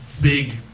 big